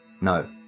No